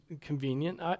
convenient